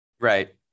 Right